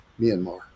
myanmar